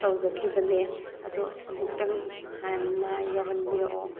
ꯇꯧꯖꯈꯤꯕꯅꯤ ꯑꯗꯣ ꯑꯃꯨꯛꯇꯪ ꯍꯥꯟꯅ ꯌꯧꯍꯟꯕꯤꯔꯛꯑꯣ